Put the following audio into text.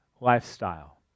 lifestyle